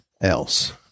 else